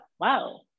wow